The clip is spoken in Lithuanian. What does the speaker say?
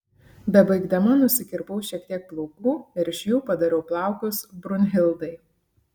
bebaigdama nusikirpau šiek tiek plaukų ir iš jų padariau plaukus brunhildai